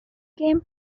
game